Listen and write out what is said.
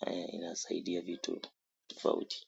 na inasaidia vitu tofauti.